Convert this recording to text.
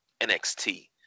NXT